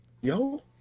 Yo